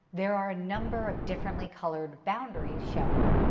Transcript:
there are a number of differently colored boundaries showing.